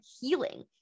healing